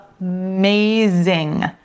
amazing